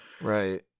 Right